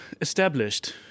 established